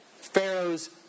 Pharaoh's